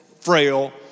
frail